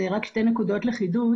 יש לי שתי נקודות לחידוד.